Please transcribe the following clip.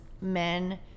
men